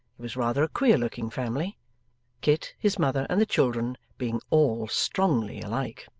it was rather a queer-looking family kit, his mother, and the children, being all strongly alike.